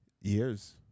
years